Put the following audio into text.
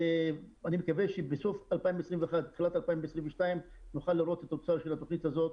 אני מקווה שבסוף 2021 תחילת 2022 נוכל לראות את התוצאה של התוכנית הזאת.